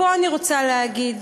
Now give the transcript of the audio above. פה אני רוצה להגיד,